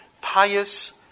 pious